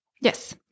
Yes